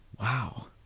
Wow